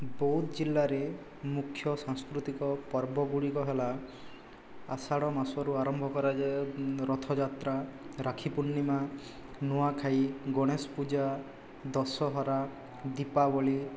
ବୌଦ୍ଧ ଜିଲ୍ଲାରେ ମୁଖ୍ୟ ସାଂସ୍କୃତିକ ପର୍ବଗୁଡ଼ିକ ହେଲା ଆଷାଢ଼ ମାସରୁ ଆରମ୍ଭ କରାଯାଏ ରଥଯାତ୍ରା ରାକ୍ଷୀ ପୂର୍ଣ୍ଣିମା ନୂଆଖାଇ ଗଣେଶ ପୂଜା ଦଶହରା ଦୀପାବଳି